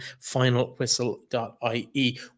FinalWhistle.ie